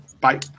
bye